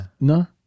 no